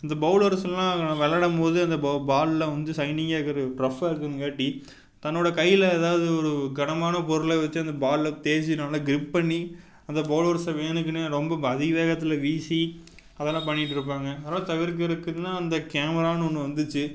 இந்த பவுலர்ஸ் எல்லாம் விளாடம்போது அந்த ப பாலில் வந்து சைனிங்காக இருக்குறது ரஃப்பாக இருக்கிறதுங்காட்டி தன்னோட கையில் எதாவது ஒரு கனமான பொருளில் வச்சு அந்த பாலில் தேய்ச்சு நல்லா க்ரிப் பண்ணி அந்த பவுலர்ஸை வேணுக்குன்னே ரொம்ப அதிவேகத்தில் வீசி அது எல்லாம் பண்ணிட் இருப்பாங்க அது எல்லாம் தவிர்க்கறக்குன்னா அந்த கேமரான்னு ஒன்று வந்துச்சு